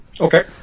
Okay